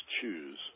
choose